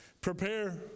prepare